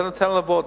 זה נותן לו לעבוד.